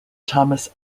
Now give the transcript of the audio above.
thomas